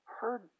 heard